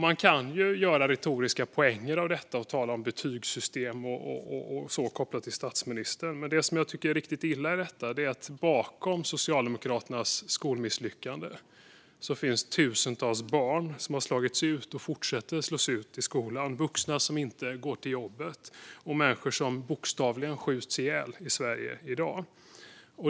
Man kan göra retoriska poänger av detta och tala om betygssystem kopplat till statsministern. Men det jag tycker är riktigt illa i detta är att bakom Socialdemokraternas skolmisslyckande finns tusentals barn som har slagits ut och fortsätter att slås ut i skolan. Det finns vuxna som inte går till jobbet och människor som bokstavligen skjuts ihjäl i Sverige i dag.